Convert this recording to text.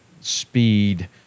speed